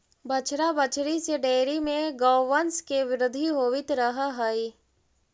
बछड़ा बछड़ी से डेयरी में गौवंश के वृद्धि होवित रह हइ